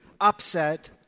upset